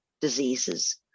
diseases